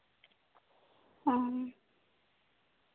ᱚ